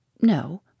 No